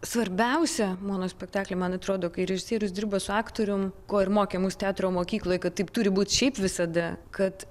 svarbiausia mono spektakly man atrodo kai režisierius dirba su aktorium ko ir mokė mus teatro mokykloje kad taip turi būt šiaip visada kad